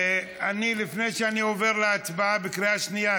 לפני שאני עובר להצבעה בקריאה שנייה,